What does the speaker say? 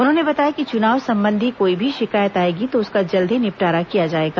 उन्होंने बताया कि चुनाव संबंधी कोई भी शिकायत आएगी तो उसका जल्द ही निपटारा किया जाएगा